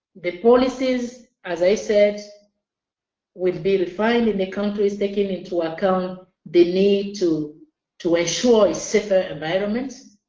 the policies as i said would be refined in the countries taking into account the need to to ensure a safer environment